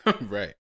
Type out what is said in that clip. Right